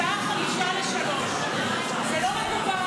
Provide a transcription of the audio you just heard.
השעה 14:55. זה לא מקובל,